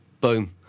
Boom